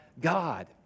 God